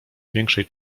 większej